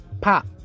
Pop